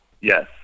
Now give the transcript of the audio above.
Yes